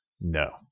No